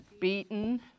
Beaten